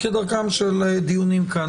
כדרכם של דיונים כאן,